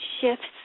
shifts